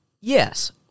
Yes